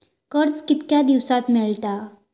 कर्ज कितक्या दिवसात मेळता?